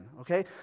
okay